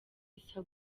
isa